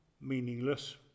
meaningless